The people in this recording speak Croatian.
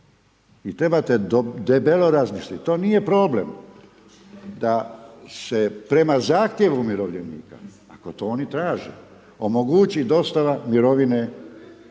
I trebate debelo razmisliti, to nije problem da se prema zahtjevu umirovljenika, ako to oni traže, omogući dostava mirovine putem